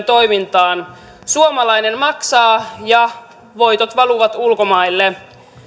toimintaan suomalainen maksaa ja voitot valuvat ulkomaille